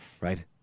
right